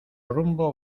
rumbo